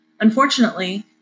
Unfortunately